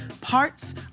Parts